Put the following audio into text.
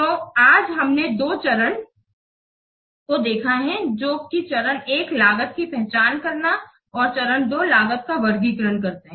तो आज हमने दो चरणों को देखा है जो कि चरण १ लागत की पहचान करता है और चरण 2 लागत का वर्गीकृत करता है